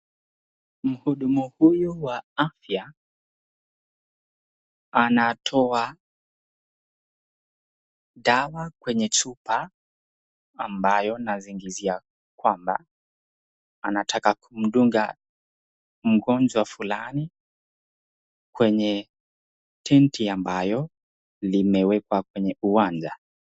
Mhudumu huyu wa afya anatoa dawa kwenye chupa ambayo nazingizia kwamba anataka kumdunga mgonjwa fulani kwenye tent ambayo limewekwa kwenye uwanja